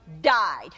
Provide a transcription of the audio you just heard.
Died